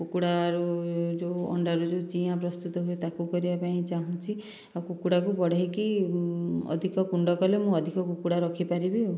କୁକୁଡ଼ା ରୁ ଯେଉଁ ଅଣ୍ଡା ରୁ ଯେଉଁ ଚିଆଁ ପ୍ରସ୍ତୁତ ହୁଏ ତାକୁ କରିବାକୁ ଚାହୁଁଛି ଆଉ କୁକୁଡ଼ା କୁ ବଢ଼ାଇକି ଅଧିକା କୁଣ୍ଡ କଲେ ମୁଁ କୁକୁଡ଼ା ରଖି ପାରିବି ଆଉ